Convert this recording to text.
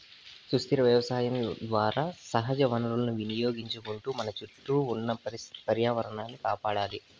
సుస్థిర వ్యవసాయం ద్వారా సహజ వనరులను వినియోగించుకుంటూ మన చుట్టూ ఉన్న పర్యావరణాన్ని కాపాడాలి